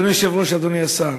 אדוני היושב-ראש, אדוני השר,